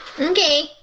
Okay